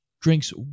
drinks